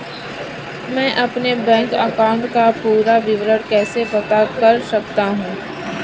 मैं अपने bank account का पूरा विवरण कैसे पता कर सकता हूँ?